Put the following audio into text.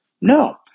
No